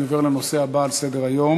אני עובר לנושא הבא על סדר-היום: